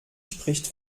spricht